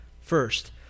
first